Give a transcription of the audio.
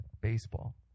baseball